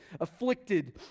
afflicted